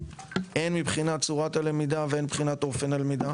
הן מבחינת צורת הלמידה והן מבחינת אופן הלמידה